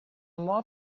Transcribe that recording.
more